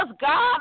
god